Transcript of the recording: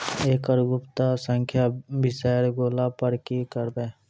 एकरऽ गुप्त संख्या बिसैर गेला पर की करवै?